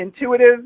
intuitive